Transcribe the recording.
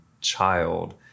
child